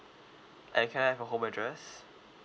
and can I have your home address